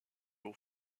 aux